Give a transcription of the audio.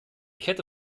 kette